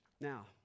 Now